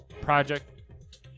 project